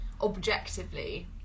objectively